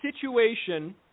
situation